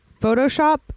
photoshop